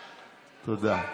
תודה.